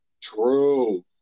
True